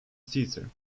theatre